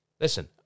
Listen